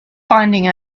finding